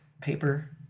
paper